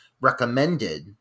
recommended